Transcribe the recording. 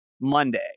Monday